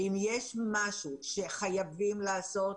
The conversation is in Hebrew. ואם יש משהו שחייבים לעשות,